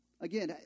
again